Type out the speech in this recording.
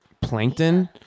plankton